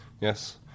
Yes